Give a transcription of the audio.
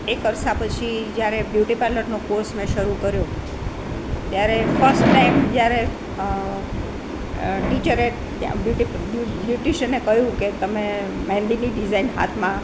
એક અરસા પછી જ્યારે બ્યુટી પાર્લરનો કોર્ષ મેં શરૂ કર્યો ત્યારે ફર્સ્ટ ટાઈમ જ્યારે ટીચરે બ્યુટિશ્યને કહ્યું કે તમે મહેંદીની ડિઝાઇન હાથમાં